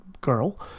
girl